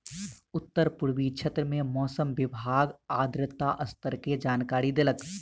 उत्तर पूर्वी क्षेत्र में मौसम विभाग आर्द्रता स्तर के जानकारी देलक